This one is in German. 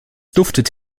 duftet